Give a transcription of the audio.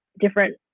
different